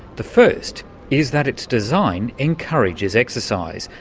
the first is that its design encourages exercise.